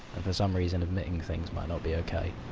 for some reason, admitting things might not be okay.